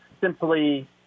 simply